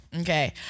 Okay